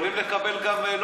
יכולים לקבל גם,